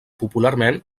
popularment